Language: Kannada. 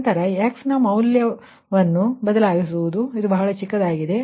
ನಂತರ x ನ ಮೌಲ್ಯವನ್ನು ಬದಲಾಯಿಸುವುದು ಇದು ಬಹಳ ಚಿಕ್ಕದಾಗಿದೆ